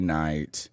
night